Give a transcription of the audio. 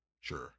sure